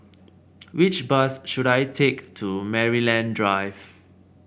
which bus should I take to Maryland Drive